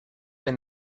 they